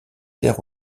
terres